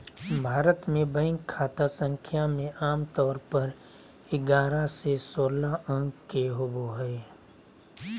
भारत मे बैंक खाता संख्या मे आमतौर पर ग्यारह से सोलह अंक के होबो हय